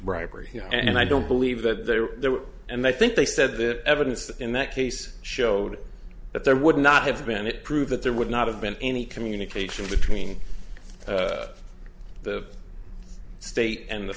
bribery and i don't believe that they were there and i think they said that evidence in that case showed that there would not have been it prove that there would not have been any communication between the state and the